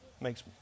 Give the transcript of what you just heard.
Makes